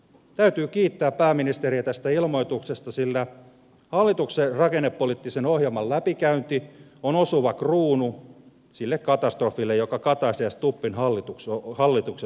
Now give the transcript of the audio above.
täytyy kiittää pääministeriä tästä ilmoituksesta sillä hallituksen rakennepoliittisen ohjelman läpikäynti on osuva kruunu sille katastrofille jollaisia kataisen ja stubbin hallitukset ovat olleet